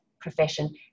profession